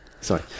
Sorry